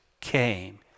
came